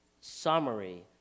summary